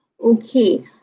Okay